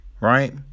right